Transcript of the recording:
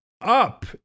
up